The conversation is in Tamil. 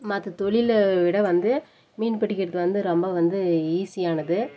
மற்ற தொழிலை விட வந்து மீன் பிடிக்கிறது வந்து ரொம்ப வந்து ஈஸியானது